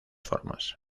formas